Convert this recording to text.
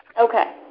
Okay